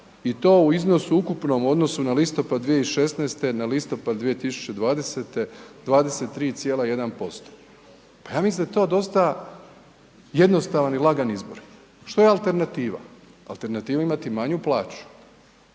i to u iznosu ukupnom u odnosu na listopad 2016., na listopad 2020. 23,1%. Pa ja mislim da je to dosta jednostavan i lagani izbor, što je alternativa? Alternativa je imati manju plaću,